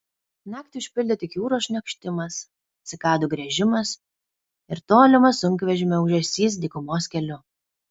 naktį užpildė tik jūros šniokštimas cikadų griežimas ir tolimas sunkvežimio ūžesys dykumos keliu